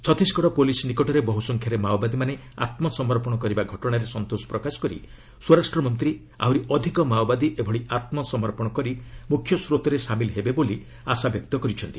Chhattisgarh police ନିକଟରେ ବହୁସଂଖ୍ୟାରେ ମାଓବାଦୀମାନେ ଆତ୍କସମର୍ପଣ କରିବା ଘଟଣାରେ ସନ୍ତୋଷ ପ୍ରକାଶ କରି ସ୍ୱରାଷ୍ଟ୍ରମନ୍ତ୍ରୀ ଆହୁରି ଅଧିକ ମାଓବାଦୀ ଏଭଳି ଆତ୍କସମର୍ପଣ କରି ମୁଖ୍ୟସ୍ରୋତରେ ସାମିଲ୍ ହେବେ ବୋଲି ଆଶା ବ୍ୟକ୍ତ କରିଛନ୍ତି